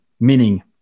meaning